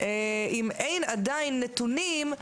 אם אין עדיין נתונים,